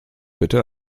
bitte